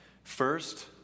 First